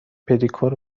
پدیکور